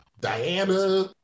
Diana